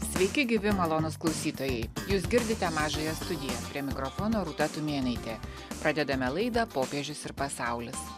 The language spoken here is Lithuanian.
sveiki gyvi malonūs klausytojai jūs girdite mažąją studiją prie mikrofono rūta tumėnaitė pradedame laidą popiežius ir pasaulis